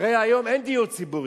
הרי היום אין דיור ציבורי.